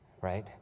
right